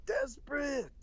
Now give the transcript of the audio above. desperate